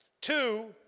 Two